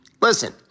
Listen